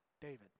David